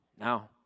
Now